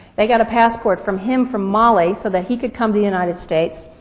they got a passport from him from mali so that he could come to the united states.